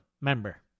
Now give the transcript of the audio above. member